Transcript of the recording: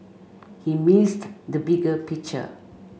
he missed the bigger picture